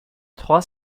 trois